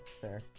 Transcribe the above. Fair